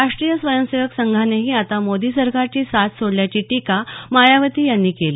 राष्ट्रीय स्वयंसेवक संघानेही आता मोदी सरकारची साथ सोडल्याची टीका मायावती यांनी केली